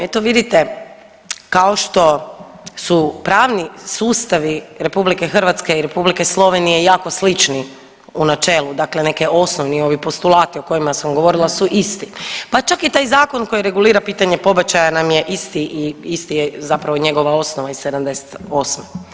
Eto vidite, kao što su pravni sustavi RH i R. Slovenije jako slični u načelu, dakle neki osnovni ovi postulati o kojima sam govorila su isti, pa čak i taj zakon koji regulira pitanje pobačaja nam je isti i isti je zapravo njegova osnova iz '78.